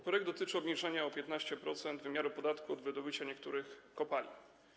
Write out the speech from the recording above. Projekt dotyczy obniżenia o 15% wymiaru podatku od wydobycia niektórych kopalin.